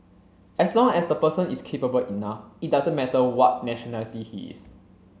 as long as the person is capable enough it doesn't matter what nationality he is